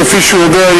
כפי שהוא יודע,